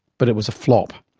but it was a flop.